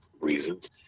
reasons